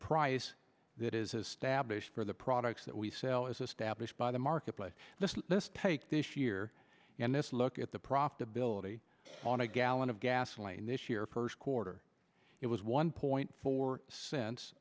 price that is established for the products that we sell is established by the marketplace this take this year and this look at the profitability on a gallon of gasoline this year first quarter it was one point four cents